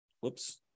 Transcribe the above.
whoops